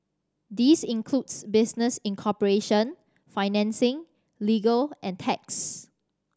this includes business incorporation financing legal and tax